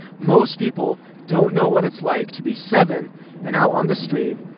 most people don't know what it's like to be seven and out on the street